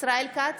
ישראל כץ,